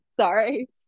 sorry